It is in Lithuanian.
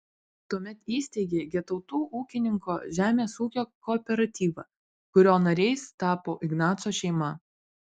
tuomet įsteigė getautų ūkininko žemės ūkio kooperatyvą kurio nariais tapo ignaco šeima